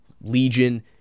Legion